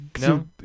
no